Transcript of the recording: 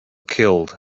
killed